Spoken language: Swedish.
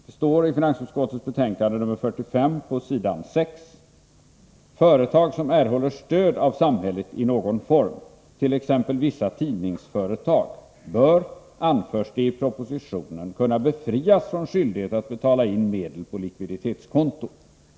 Det står i finansutskottets betänkande 45 på s. 6: ”Företag som erhåller stöd av samhället i någon form, t.ex. vissa tidningsföretag, bör, anförs det i propositionen, kunna befrias från skyldighet att betala in medel på likviditetskonto.